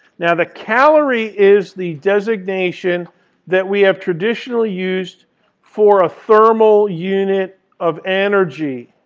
now, the calorie is the designation that we have traditionally used for a thermal unit of energy.